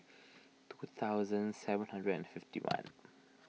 two thousand seven hundred and fifty one